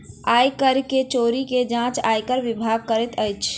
आय कर के चोरी के जांच आयकर विभाग करैत अछि